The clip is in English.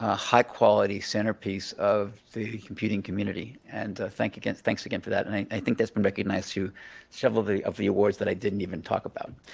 ah high-quality centerpiece of the computing community, and thanks again thanks again for that, and i think that's been recognized. you shovel of the awards that i didn't even talk about.